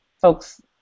folks